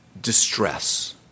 distress